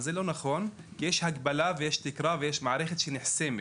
זה לא נכון כי יש הגבלה ויש תקרה ויש מערכת שנחסמת.